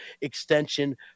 extension